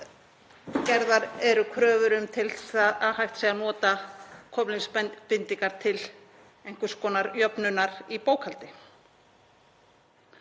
gerðar eru kröfur um til að hægt sé að nota kolefnisbindingu til einhvers konar jöfnunar í bókhaldi.